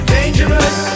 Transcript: Dangerous